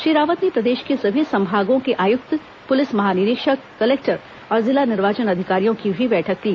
श्री रावत ने प्रदेश के सभी संभागों के आयुक्त पुलिस महानिरीक्षक कलेक्टर और जिला निर्वाचन अधिकारियों की भी बैठक ली